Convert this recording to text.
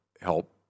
help